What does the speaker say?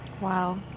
wow